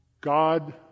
God